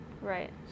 right